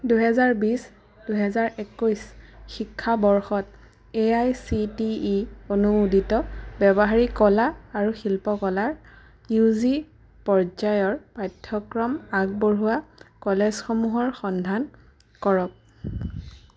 দুহেজাৰ বিশ দুহেজাৰ একৈশ শিক্ষাবৰ্ষত A I C T E অনুমোদিত ব্যৱহাৰিক কলা আৰু শিল্পকলাৰ ইউ জি পৰ্যায়ৰ পাঠ্যক্ৰম আগবঢ়োৱা কলেজসমূহৰ সন্ধান কৰক